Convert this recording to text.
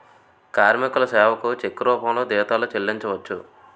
కార్మికుల సేవకు చెక్కు రూపంలో జీతాలు చెల్లించవచ్చు